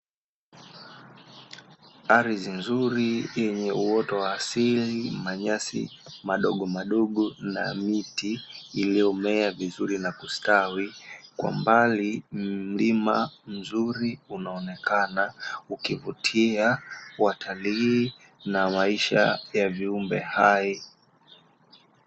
Ardhi nzuri yenye uoto wa asili, manyasi madogomadogo na miti iliyo mmea vizuri nakustawi kwa mbali mlima mzuri unaonekana ukivutia watalii na maisha ya viumbe hai.